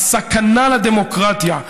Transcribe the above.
הסכנה לדמוקרטיה.